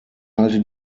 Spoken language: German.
halte